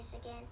again